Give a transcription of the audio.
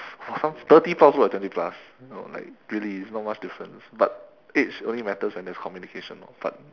!wah! some thirty plus also look like twenty plus like really it's not much difference but age only matters when there's communication orh but